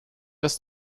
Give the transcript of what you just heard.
des